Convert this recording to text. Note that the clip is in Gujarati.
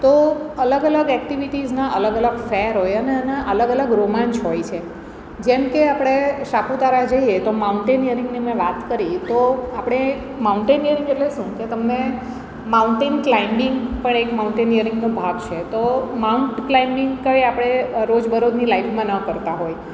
તો અલગ અલગ એક્ટિવિટીઝના અલગ અલગ ફેર હોય અને અને અલગ અલગ રોમાંચ હોય છે જેમકે આપણે સાપુતારા જઈએ તો માઉન્ટેનિયરિંગની મેં વાત કરી તો આપણે માઉન્ટેનીયરિંગ એટલે શુ કે તમને માઉન્ટેન કલાઈબિંગ પણ એક માઉન્ટેનીયરિંગનો ભાગ છે તો માઉન્ટ ક્લાઇબિંગ કંઈ આપણે રોજબરોજની લાઈફમાં ન કરતા હોય